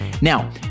Now